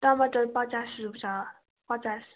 टमाटर पचास रुपियाँ छ पचास